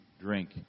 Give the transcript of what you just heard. drink